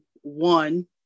One